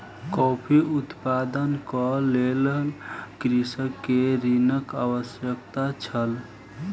coffee उत्पादनक लेल कृषक के ऋणक आवश्यकता छल